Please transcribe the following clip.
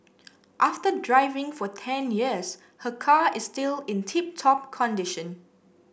after driving for ten years her car is still in tip top condition